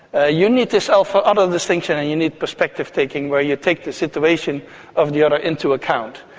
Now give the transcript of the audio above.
ah you need the self-other distinction and you need perspective taking where you take the situation of the other into account.